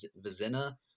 Vizina